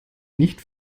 nicht